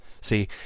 see